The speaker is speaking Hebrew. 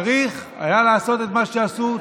צריך היה לעשות את מה שעשו.